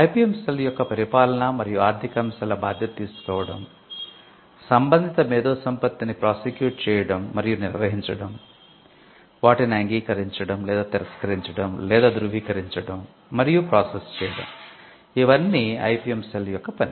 IPM cell యొక్క పని